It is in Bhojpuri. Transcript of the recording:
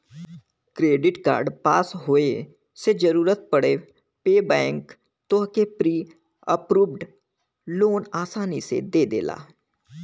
क्रेडिट कार्ड पास होये से जरूरत पड़े पे बैंक तोहके प्री अप्रूव्ड लोन आसानी से दे देला